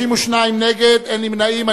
32 נגד, אין נמנעים.